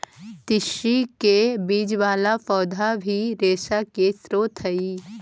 तिस्सी के बीज वाला पौधा भी रेशा के स्रोत हई